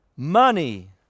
Money